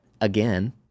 again